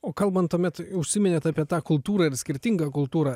o kalbant tuomet užsiminėt apie tą kultūrą ir skirtingą kultūrą